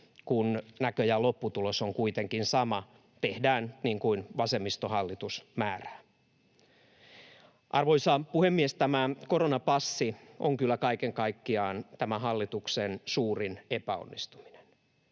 kun näköjään lopputulos on kuitenkin sama: tehdään niin kuin vasemmistohallitus määrää. Arvoisa puhemies! Tämä koronapassi on kyllä kaiken kaikkiaan tämän hallituksen suurin epäonnistuminen.